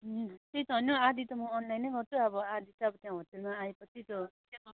त्यही त होइन आधा त म अनलाइन नै गर्छु अब आधा त त्यहाँ होटेलमा आए पछि